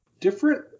different